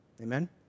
Amen